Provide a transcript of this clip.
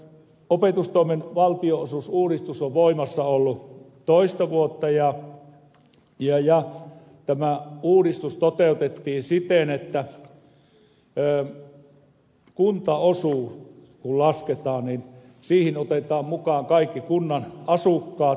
opetustoimen valtionosuusuudistus on ollut voimassa toista vuotta ja tämä uudistus toteutettiin siten että kun kuntaosuus lasketaan siihen otetaan mukaan kaikki kunnan asukkaat